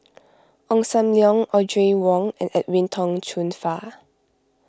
Ong Sam Leong Audrey Wong and Edwin Tong Chun Fai